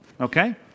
okay